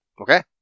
Okay